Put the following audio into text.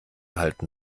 halten